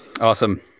awesome